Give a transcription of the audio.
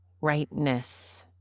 rightness